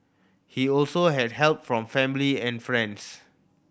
he also had help from family and friends